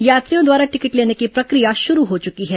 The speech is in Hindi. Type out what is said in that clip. यात्रियों द्वारा टिकट लेने की प्रक्रिया शरू हो चकी है